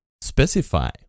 specify